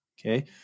Okay